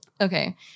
okay